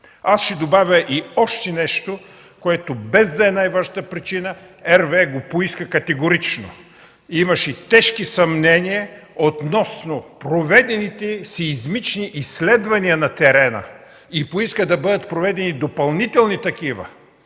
Аз ще добавя и още нещо, което без да е най-важната причина, RWE го поиска категорично. Имаше тежки съмнения относно проведените сеизмични изследвания на терена. Поискаха да бъдат проведени допълнителни такива.